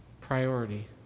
priority